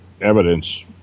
evidence